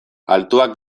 altuak